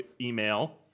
email